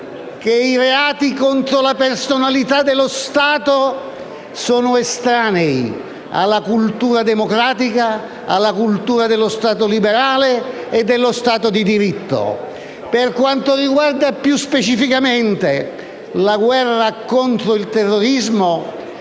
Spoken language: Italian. che i reati contro la personalità dello Stato sono estranei alla cultura democratica, alla cultura dello Stato liberale e dello Stato di diritto. Per quanto riguarda più specificamente la guerra contro il terrorismo,